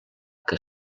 que